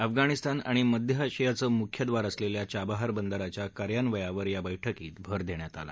अफगाणिस्तान आणि मध्य आशियाचं मुख्यद्वार असलेल्या चाबहार बंदराच्या कार्यान्वयनावर या बैठकीत भर देण्यात आला